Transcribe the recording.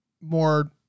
more